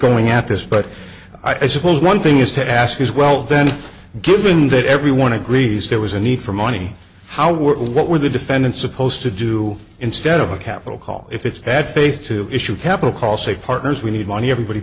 going at this but i suppose one thing is to ask is well then given that everyone agrees there was a need for money how were what were the defendants supposed to do instead of a capital call if it's bad faith to issue capital call say partners we need money everybody